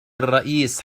الرئيس